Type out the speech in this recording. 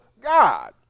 God